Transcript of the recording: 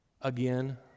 again